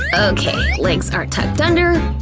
okay, legs are tucked under,